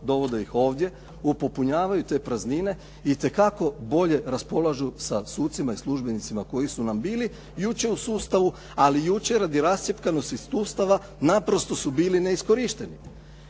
dovode ih ovdje, popunjavaju te praznine, itekako bolje raspolažu sa sucima i službenicima koji su nam bili jučer u sustavu, ali jučer gdje rascjepkanosti sustava naprosto su bili neiskorišteni